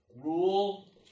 rule